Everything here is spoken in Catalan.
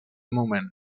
moment